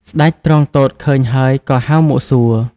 ស្ដេចទ្រង់ទតឃើញហើយក៏ហៅមកសួរ។